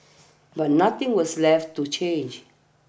but nothing was left to change